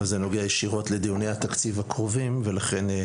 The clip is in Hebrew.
אבל זה נוגע ישירות לדיוני התקציב הקרובים,